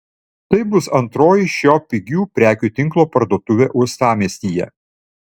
tai bus antroji šio pigių prekių tinklo parduotuvė uostamiestyje